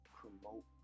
promote